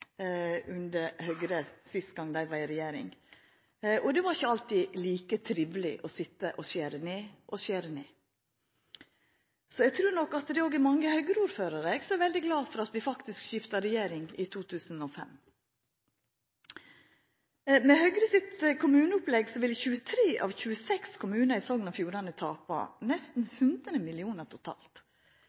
det var ikkje alltid like triveleg å sitja og skjera ned og skjera ned. Eg trur nok òg det er mange Høgre-ordførarar som er veldig glade for at vi skifta regjering i 2005. Med Høgre sitt kommuneopplegg ville 23 av 26 kommunar i Sogn og Fjordane tapa nesten 100 mill. kr totalt